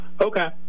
Okay